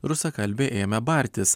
rusakalbė ėmė bartis